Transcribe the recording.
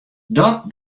dat